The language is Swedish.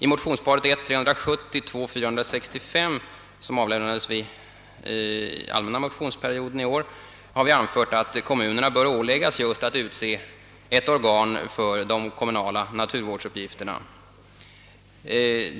I motionsparet 1: 370 och II: 465, som avlämnades under den allmänna motionsperioden i år, har vi just föreslagit att kommunerna bör åläggas att utse ett organ för de kommunala naturvårdsuppgifterna.